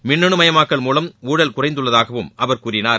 மின்னணு மயமாக்கல் மூலம் ஊழல் குறைந்துள்ளதாகவும் அவர் கூறினார்